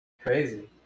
Crazy